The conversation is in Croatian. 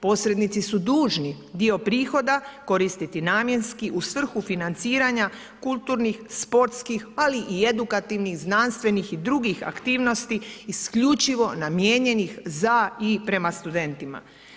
Posrednici su dužni dio prihoda koristiti namjenski u svrhu financiranja kulturnih, sportskih, ali i edukativnih, znanstvenih i drugih aktivnosti isključivo namijenjenih za i prema studentima.